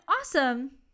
awesome